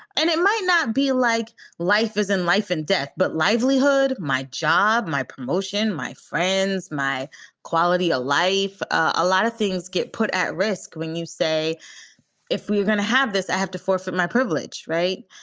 and it might not be like life is in life and death, but livelihood, my job, my promotion, my friends, my quality of life, a lot of things get put at risk. when you say if you're going to have this, i have to forfeit my privilege. right.